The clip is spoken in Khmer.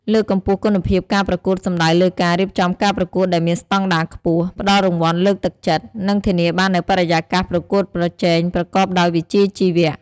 លើកកម្ពស់គុណភាពការប្រកួតសំដៅលើការ រៀបចំការប្រកួតដែលមានស្តង់ដារខ្ពស់ ផ្តល់រង្វាន់លើកទឹកចិត្ត និងធានាបាននូវបរិយាកាសប្រកួតប្រជែងប្រកបដោយវិជ្ជាជីវៈ។